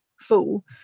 fool